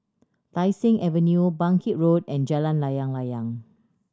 Tai Seng Avenue Bangkit Road and Jalan Layang Layang